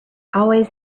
always